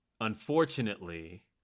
unfortunately